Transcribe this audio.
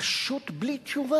להותיר את הכנסת פשוט בלי תשובה.